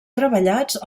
treballats